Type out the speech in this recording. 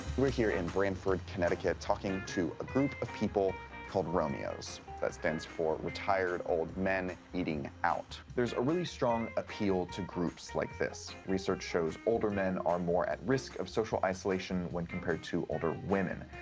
we're here in branford, connecticut talking to a group of people called romeos. that stands for retired old men eating out. there's a really strong appeal to groups like this. research shows older men are more at risk of social isolation when compared to older women.